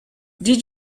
did